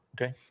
okay